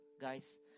guys